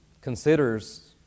considers